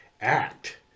act